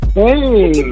hey